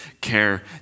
care